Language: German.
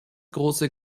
große